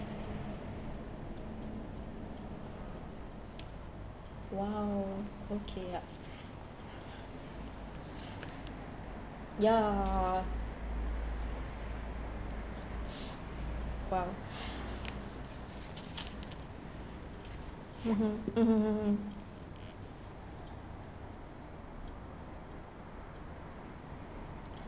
!wow! okay ya ya !wow! mmhmm mmhmm mm